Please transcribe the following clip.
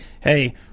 hey